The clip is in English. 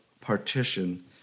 partition